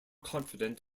confident